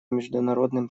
международным